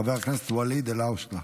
חבר הכנסת ואליד אלהואשלה,